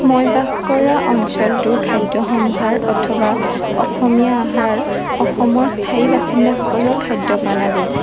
মই বাসকৰা অঞ্চলটোৰ খাদ্য সম্ভাৰ অথবা অসমীয়া আহাৰ অসমৰ স্থায়ী বাসিন্দাসকলৰ খাদ্যপ্ৰাণ আদি